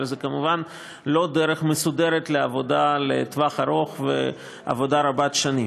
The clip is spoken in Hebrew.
אבל זה כמובן לא דרך מסודרת לעבודה לטווח ארוך ולעבודה רבת שנים.